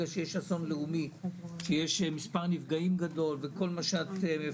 שיש אסון לאומי ויש מספר נפגעים גדול ואפשר